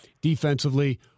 defensively